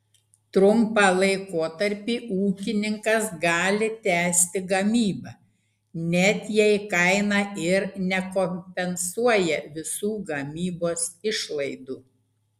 trumpą laikotarpį ūkininkas gali tęsti gamybą net jei kaina ir nekompensuoja visų gamybos išlaidų